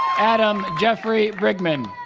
adam jeffrey brigman